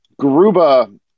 Garuba